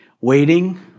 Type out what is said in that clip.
Waiting